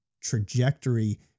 trajectory